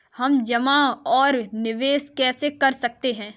हम जमा और निवेश कैसे कर सकते हैं?